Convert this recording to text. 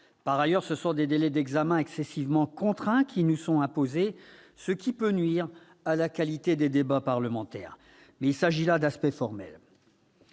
Par ailleurs, ce sont des délais d'examen excessivement contraints qui nous sont imposés, ce qui peut nuire à la qualité des débats parlementaires. Mais il s'agit là d'aspects formels.